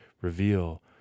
reveal